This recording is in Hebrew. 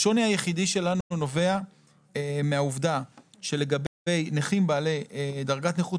השוני היחידי שלנו נובע מהעובדה שלגבי נכים בעלי דרגת נכות